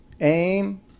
aim